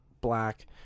black